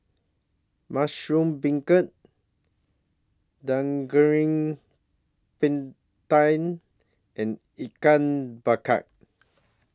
Mushroom Beancurd Daging Penyet and Ian Bkar